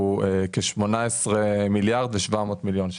הוא כ-18.7 מיליארד.